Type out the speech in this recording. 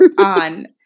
on